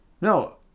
No